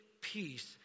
peace